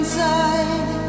Inside